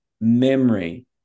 memory